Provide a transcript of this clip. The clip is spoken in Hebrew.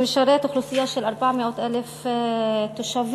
שמשרת אוכלוסייה של 400,000 תושבים.